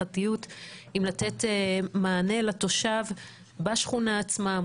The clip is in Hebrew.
נתינת מענה לתושב בשכונה עצמה.